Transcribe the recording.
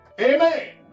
Amen